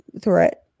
threat